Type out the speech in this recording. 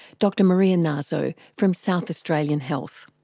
dr maria naso from south australian health.